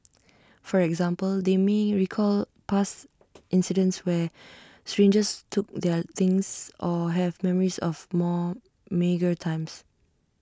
for example they may recall past incidents where strangers took their things or have memories of more meagre times